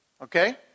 Okay